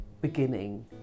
beginning